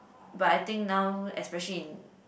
but I think now especially in